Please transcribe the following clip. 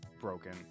broken